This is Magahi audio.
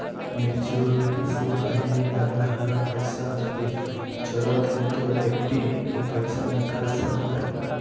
मैच्यूरिटी से पहले अगर हमरा पैसा के जरूरत है तो एफडी के पैसा निकल सको है?